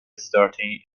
starting